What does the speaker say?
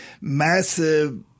massive